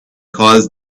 cause